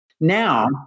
Now